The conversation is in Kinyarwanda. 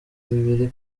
bibiri